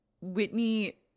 Whitney